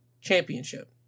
Championship